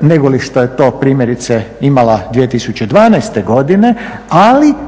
nego li što je to primjerice imala 2012. godine, ali